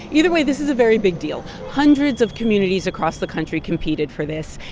either way, this is a very big deal. hundreds of communities across the country competed for this.